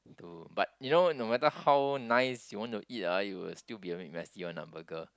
to but you know not matter how nice you wanna eat ah it will still be a bit messy [one] ah burger